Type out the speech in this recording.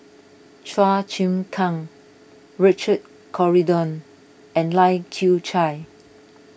Chua Chim Kang Richard Corridon and Lai Kew Chai